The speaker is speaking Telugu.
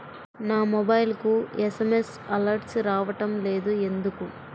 నా మొబైల్కు ఎస్.ఎం.ఎస్ అలర్ట్స్ రావడం లేదు ఎందుకు?